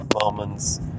moments